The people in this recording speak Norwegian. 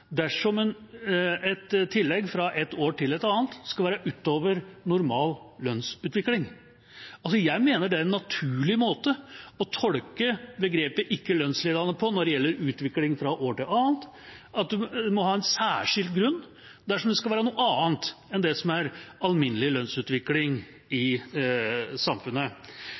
et tillegg fra et år til et annet skal være utover normal lønnsutvikling. Jeg mener det er en naturlig måte å tolke begrepet «ikke lønnsledende» på når det gjelder utvikling fra år til annet, at en må ha en særskilt grunn dersom det skal være noe annet enn det som er alminnelig lønnsutvikling i samfunnet.